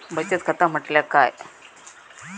बचत खाता म्हटल्या काय?